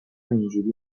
اینجوری